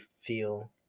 feel